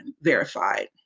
verified